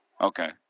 Okay